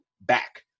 back